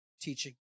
teaching